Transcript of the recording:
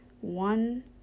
one